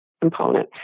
component